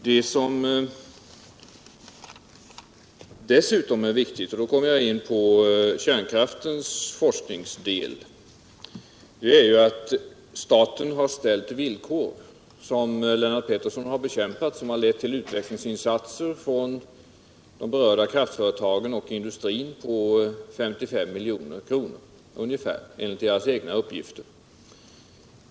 Vad som dessutom är viktigt — och då kommer jag in på kärnkraftens forskningsmedel — är att staten har ställt villkor, som Lennart Pettersson har bekämpat men som lett till utvecklingsinsatser från de berörda kraftföretagen och industrin på ungefär 55 milj.kr., enligt deras egna uppgifter.